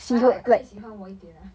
ah 可以喜欢我一点啊